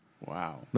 Wow